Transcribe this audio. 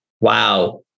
wow